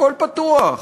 הכול פתוח,